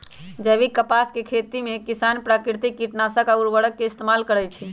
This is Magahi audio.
जैविक कपास के खेती में किसान प्राकिरतिक किटनाशक आ उरवरक के इस्तेमाल करई छई